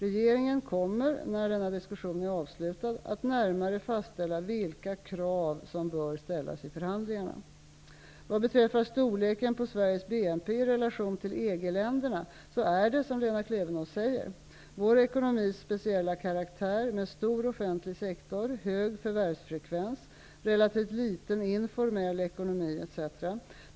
Regeringen kommer, när denna diskussion är avslutad, att närmare fastställa vilka krav som bör ställas i förhandlingarna. Vad beträffar storleken på Sveriges BNP i relation till EG-länderna är det som Lena Klevenås säger. Vår ekonomis speciella karaktär med stor offentlig sektor, hög förvärvsfrekvens, relativt liten informell ekonomi etc.